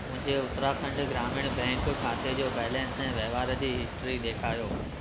मुंहिंजे उत्तराखंड ग्रामीण बैंक खाते जो बैलेंस ऐं वहिंवार जी हिस्ट्री ॾेखारियो